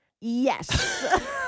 Yes